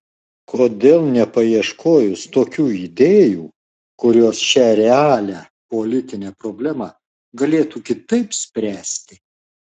kodėl nepaieškojus tokių idėjų kurios šią realią politinę problemą galėtų kitaip spręsti